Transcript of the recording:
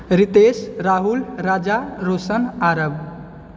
Ritesh Rahul Raja Roshan Aarav